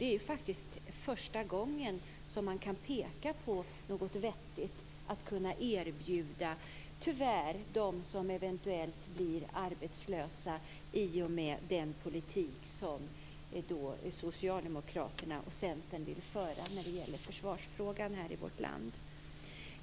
Det är faktiskt första gången som man kan peka på något vettigt att erbjuda dem som, tyvärr, eventuellt blir arbetslösa i och med den politik som Socialdemokraterna och Centern vill föra i försvarsfrågan här i vårt land.